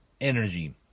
energy